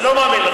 אני לא מאמין לך.